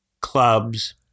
clubs